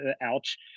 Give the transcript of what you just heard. ouch